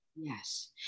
Yes